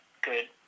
good